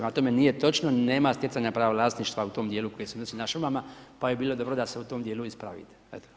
Ali tome nije točno, nema stjecanja prava vlasništva u tom djelu koje se odnosi na šumama pa bi bilo dobro da se u tome djelu ispravite.